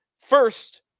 First